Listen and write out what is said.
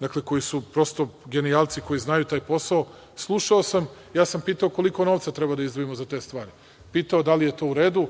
dakle koji su prosto genijalci koji znaju taj posao, slušao sam, pitao sam koliko novca treba da izdvojimo za te stvari. Pitao da li je to u redu,